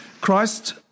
Christ